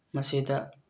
ꯃꯁꯤꯗ